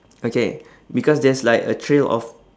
okay because there's like a trail of